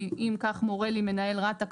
כי אם כך מורה לי מנהל רת"א,